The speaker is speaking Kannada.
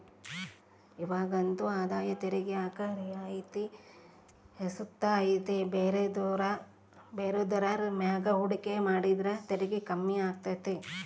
ಇವಾಗಂತೂ ಆದಾಯ ತೆರಿಗ್ಯಾಗ ರಿಯಾಯಿತಿ ಸುತ ಐತೆ ಬೇರೆದುರ್ ಮ್ಯಾಗ ಹೂಡಿಕೆ ಮಾಡಿದ್ರ ತೆರಿಗೆ ಕಮ್ಮಿ ಆಗ್ತತೆ